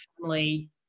family